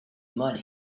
money